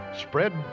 spread